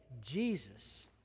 Jesus